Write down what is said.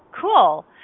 Cool